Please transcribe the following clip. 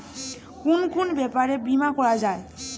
কুন কুন ব্যাপারে বীমা করা যায়?